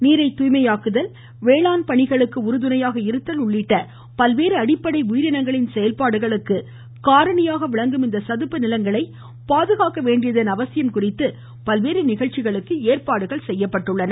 நீரை தூய்மையாக்குதல் வேளாண் பணிகளுக்கு உறுதுணையாக இருத்தல் உள்ளிட்ட பல்வேறு அடிப்படை உயிரினங்களின் செயல்பாடுகளுக்கு காரணியாக விளங்கும் இந்த சதுப்பு நிலங்களை பாதுகாக்க வேண்டியதன் அவசியம் குறித்து பல்வேறு நிகழ்ச்சிகளுக்கு ஏற்பாடுகள் செய்யப்பட்டுள்ளன